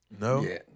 No